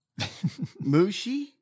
Mushi